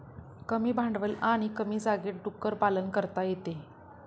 कमी भांडवल आणि कमी जागेत डुक्कर पालन करता येते